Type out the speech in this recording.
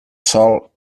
sol